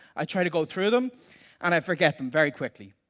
i tried to go through them and i forget them very quickly.